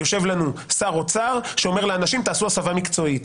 יושב לנו שר אוצר שאומר לאנשים תעשו הסבה מקצועית.